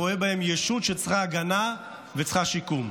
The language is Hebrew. שהוא רואה בהם ישות שצריכה הגנה וצריכה שיקום.